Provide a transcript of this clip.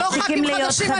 לא ח"כים חדשים,